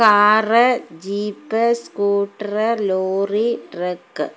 car jeep scooter lorry truck